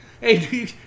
hey